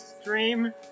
stream